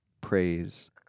Praise